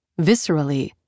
viscerally